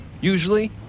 usually